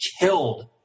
killed